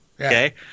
Okay